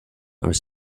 are